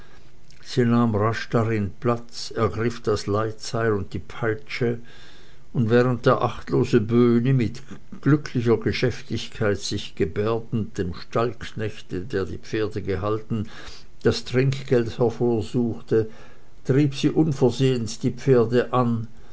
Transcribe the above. darin platz ergriff das leitseil und die peitsche und während der achtlose böhni mit glücklicher geschäftigkeit sich gebärdend dem stallknechte der die pferde gehalten das trinkgeld hervorsuchte trieb sie unversehens die pferde an